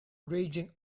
raging